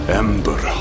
ember